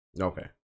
Okay